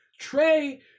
Trey